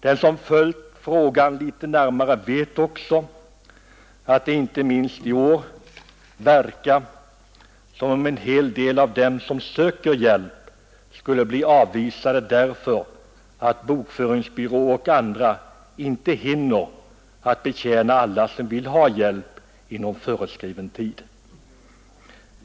Den som följt frågan litet närmare vet också att det inte minst i år verkar som om en hel del av dem som söker hjälp skulle bli avvisade därför att bokföringsbyråer och andra serviceorgan inte hinner betjäna alla som vill ha hjälp inom den föreskrivna tiden.